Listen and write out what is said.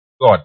God